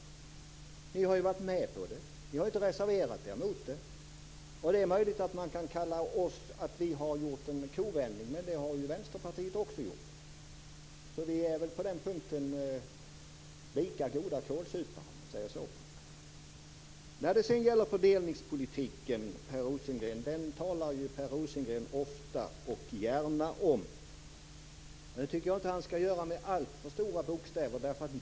Ni har ju varit med på det. Ni har inte reserverat er mot det. Det är möjligt att man kan säga att vi har gjort en kovändning. Men det har ju Vänsterpartiet också gjort, så på den punkten är vi väl lika goda kålsupare. Fördelningspolitik talar Per Rosengren ofta och gärna om. Det tycker jag inte att han skall göra med allt för stora bokstäver.